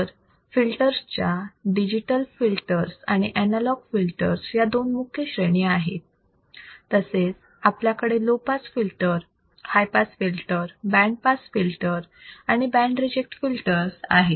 तर फिल्टर्स च्या digital filters आणि अनलॉग फिल्टर्स या दोन मुख्य श्रेणी आहेत तसेच आपल्याकडे low pass filters high pass filter band pass filters आणि बँड रिजेक्ट फिल्टर्स आहेत